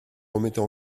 remettez